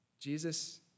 Jesus